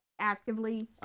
actively